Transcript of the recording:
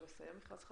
או לסיים מכרז חדש,